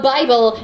Bible